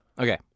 Okay